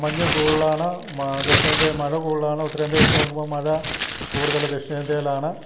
മഞ്ഞ് കൂടുതലാണ് ദക്ഷിണേന്ത്യയിൽ മഴ കൂടുതലാണ് ഉത്തരേന്ത്യയിൽ വെച്ചു നോക്കുമ്പം മഴ കൂടുതൽ ദക്ഷിണേന്ത്യയിലാണ്